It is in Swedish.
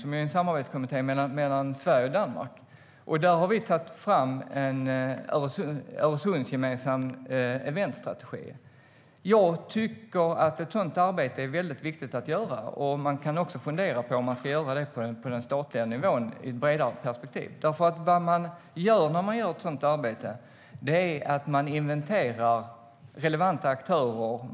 Det är en samarbetskommitté mellan Sverige och Danmark. Där har vi tagit fram en Öresundsgemensam eventstrategi. Ett sådant arbete är väldigt viktigt att göra. Man kan också fundera på om man ska göra det på den statliga nivån i ett bredare perspektiv. Vad man gör när man gör ett sådant arbete är att man inventerar relevanta aktörer.